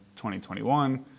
2021